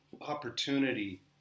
opportunity